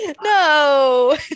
no